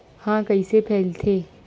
ह कइसे फैलथे?